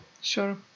Sure